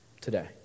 today